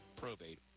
probate